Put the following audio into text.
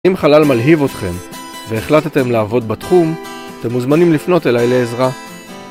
אם חלל מלהיב אותכם, והחלטתם לעבוד בתחום, אתם מוזמנים לפנות אליי לעזרה.